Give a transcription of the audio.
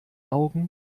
augen